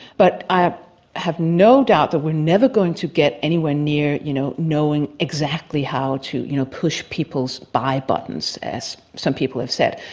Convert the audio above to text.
but i have no doubt that we are never going to get anywhere near you know knowing exactly how to you know push peoples' buy buttons, as some people have said.